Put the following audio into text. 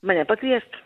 mane pakviestų